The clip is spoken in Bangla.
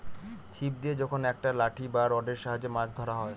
ছিপ দিয়ে যখন একটা লাঠি বা রডের সাহায্যে মাছ ধরা হয়